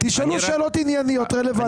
תשאלו שאלות ענייניות רלוונטיות,